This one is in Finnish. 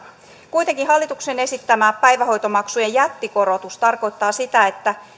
kuitenkin hallituksen esittämä päivähoitomaksujen jättikorotus tarkoittaa sitä että